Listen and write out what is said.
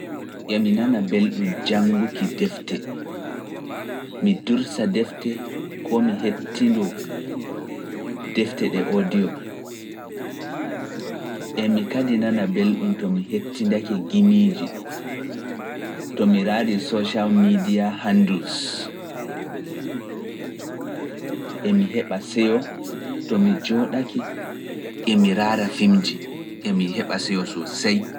Emi nana belɗum jannguki defte, mi dursa defte koo mi hettindoo defte de odiyo, emi heba seyo to mi jooɗake, emi raara fimji, emi heɓa seyo soosey.